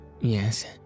Yes